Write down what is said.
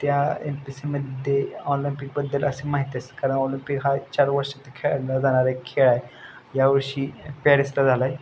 त्या M P S सीमध्ये ऑलिम्पिकबद्दल असे माहीत असते कारण ऑलिम्पिक हा चार वर्षात खेळला जाणारा खेळ आहे यावर्षी पॅरिसला झाला आहे